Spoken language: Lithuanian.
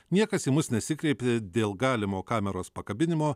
niekas į mus nesikreipė dėl galimo kameros pakabinimo